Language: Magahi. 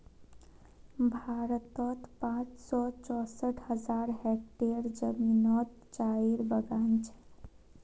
भारतोत पाँच सौ चौंसठ हज़ार हेक्टयर ज़मीनोत चायेर बगान छे